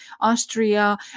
Austria